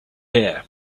here